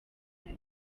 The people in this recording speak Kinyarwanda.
ati